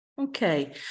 Okay